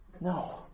No